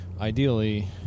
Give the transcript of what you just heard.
ideally